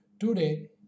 Today